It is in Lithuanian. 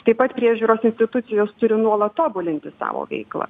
taip pat priežiūros institucijos turi nuolat tobulinti savo veiklą